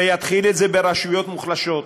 ויתחיל את זה ברשויות מוחלשות,